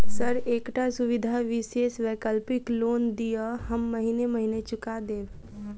Sir एकटा सुविधा विशेष वैकल्पिक लोन दिऽ हम महीने महीने चुका देब?